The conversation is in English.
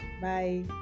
Bye